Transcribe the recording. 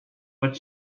but